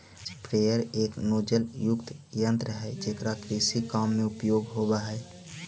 sprayer एक नोजलयुक्त यन्त्र हई जेकरा कृषि काम में उपयोग होवऽ हई